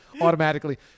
automatically